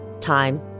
time